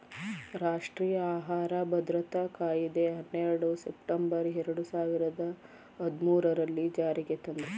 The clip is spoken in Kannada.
ರಾಷ್ಟ್ರೀಯ ಆಹಾರ ಭದ್ರತಾ ಕಾಯಿದೆ ಹನ್ನೆರಡು ಸೆಪ್ಟೆಂಬರ್ ಎರಡು ಸಾವಿರದ ಹದ್ಮೂರಲ್ಲೀ ಜಾರಿಗೆ ತಂದ್ರೂ